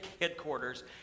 headquarters